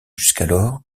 jusqu’alors